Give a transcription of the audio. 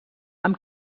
amb